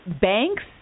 banks